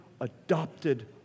adopted